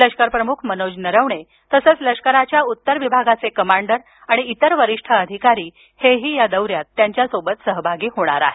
लष्करप्रमुख मनोज नरवणे तसंच लष्कराच्या उत्तर विभागाचे कमांडर आणि इतर वरिष्ठ लष्करी अधिकारी देखील या दौऱ्यात त्यांच्यासमवेत सहभागी होणार आहेत